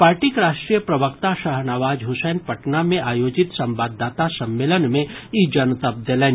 पार्टीक राष्ट्रीय प्रवक्ता शाहनवाज हुसैन पटना मे आयोजित संवाददाता सम्मेलन मे ई जनतब देलनि